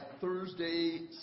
Thursday